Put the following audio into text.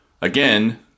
again